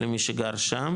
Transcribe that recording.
למי שגר שם.